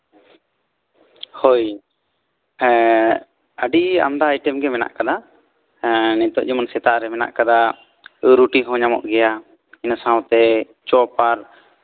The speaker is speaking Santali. ᱦᱳᱭ ᱟᱹᱰᱤ ᱟᱢᱫᱟ ᱟᱭᱴᱮᱢᱜᱮ ᱢᱮᱱᱟᱜ ᱠᱟᱫᱟ ᱱᱤᱛᱚᱜ ᱡᱮᱢᱚᱱ ᱥᱮᱛᱟᱜᱨᱮ ᱢᱮᱱᱟᱜ ᱠᱟᱫᱟ ᱨᱩᱴᱤ ᱦᱚᱸ ᱧᱟᱢᱚᱜ ᱜᱮᱭᱟ ᱤᱱᱟᱹ ᱥᱟᱶᱛᱮ ᱪᱚᱯ ᱟᱨ